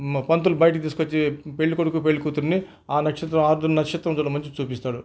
పంతులు బయటికి తీసుకొచ్చి పెళ్ళికొడుకు పెళ్ళికూతుర్ని ఆ నక్షత్రం ఆరుద్ర నక్షత్రం చూడమని చూపిస్తాడు